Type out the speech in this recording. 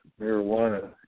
marijuana